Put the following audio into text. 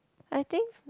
I think